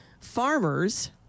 farmers